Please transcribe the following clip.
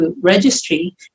registry